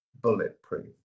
bulletproof